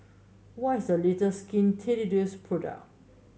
what is the latest Skin Ceuticals product